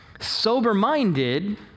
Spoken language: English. sober-minded